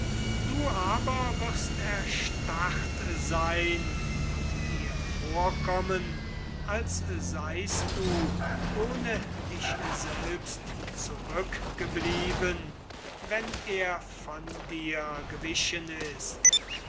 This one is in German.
du wirst erstarrt sein und dir vorkommen als seist du ohne dich selbst zurückgeblieben wenn er von dir gewichen ist